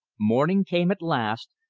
morning came at last,